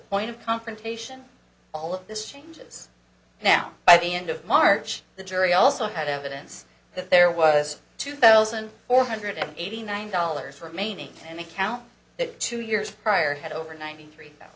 point of confrontation all of this changes now by the end of march the jury also had evidence that there was two thousand four hundred eighty nine dollars for maining an account that two years prior had over ninety three so